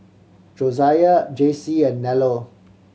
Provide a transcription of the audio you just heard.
Josiah Jaycee and Nello